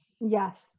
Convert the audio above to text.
Yes